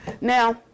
Now